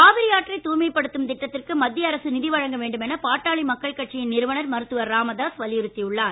காவிரி ஆற்றை தூய்மைப் படுத்தும் திட்டத்திற்கு மத்திய அரசு நிதி வழங்க வேண்டும் என பாட்டாளி மக்கள் கட்சியின் நிறுவனர் மருத்துவர் ராமதாஸ் வலியுறுத்தி உள்ளார்